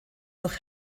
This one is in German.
durch